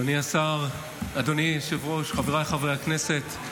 אדוני השר, אדוני היושב-ראש, חבריי חברי הכנסת,